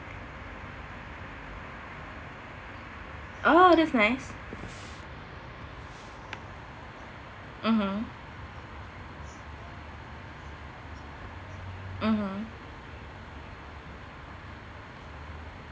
oh that's nice mmhmm mmhmm